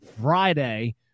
Friday